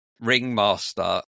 ringmaster